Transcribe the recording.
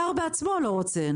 השר בעצמו לא רוצה.